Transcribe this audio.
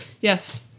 yes